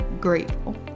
grateful